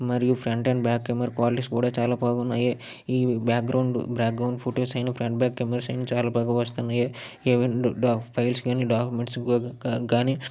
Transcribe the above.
మరియు front and back camera qualities కూడా చాలా బాగున్నాయి ఈ background background photos and front back side camera చాలా బాగా వస్తున్నాయి ఏవైనా డా ఫైల్స్ కానీ డా డాక్యూమెంట్స్ గా కానీ